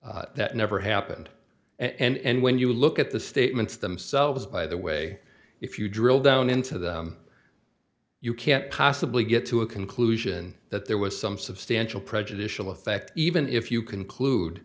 that never happened and when you look at the statements themselves by the way if you drill down into the you can't possibly get to a conclusion that there was some substantial prejudicial effect even if you conclude